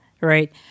right